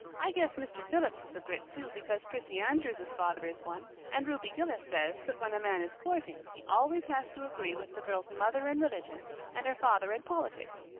i guess mr. phillips is a grit too because prissy andrews's father is one, and ruby gillis says that when a man is courting he always has to agree with the girl's mother in religion and her father in politics.